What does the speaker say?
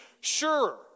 Sure